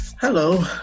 Hello